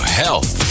health